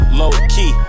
low-key